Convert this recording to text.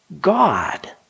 God